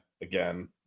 again